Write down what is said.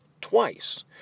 twice